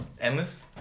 Endless